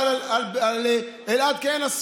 אבל על אילת כן עשו,